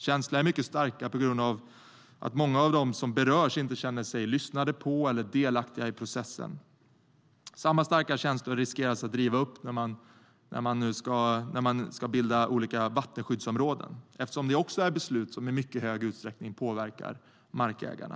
Känslorna är mycket starka på grund av att många av dem som berörs inte känner att man lyssnar på dem och inte känner sig delaktiga i processen. Samma starka känslor riskerar att rivas upp när man ska bilda olika vattenskyddsområden eftersom det också är beslut som i mycket stor utsträckning påverkar markägarna.